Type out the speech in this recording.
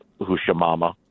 Hushamama